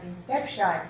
inception